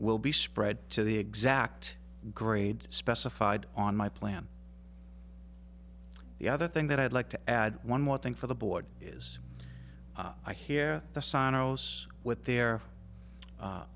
will be spread to the exact grades specified on my plan the other thing that i'd like to add one more thing for the board is i hear the sonorous with their